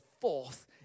fourth